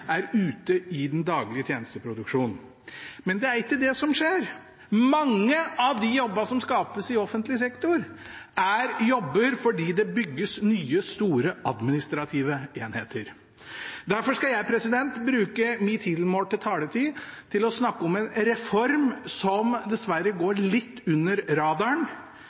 i den daglige tjenesteproduksjonen. Men det er ikke det som skjer. Mange av jobbene som skapes i offentlig sektor, kommer fordi det bygges nye store administrative enheter. Derfor skal jeg bruke min tilmålte taletid til å snakke om en reform som dessverre går litt under radaren